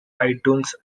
itunes